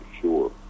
sure